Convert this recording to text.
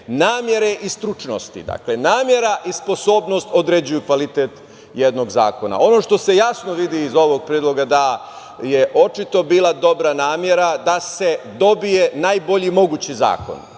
namere i stručnosti. Dakle, namera i sposobnost određuju kvalitet jednog zakona. Ono što se jasno vidi iz ovog predloga da je očito bila dobra namera da se dobije najbolji mogući zakon